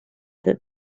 that